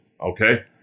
Okay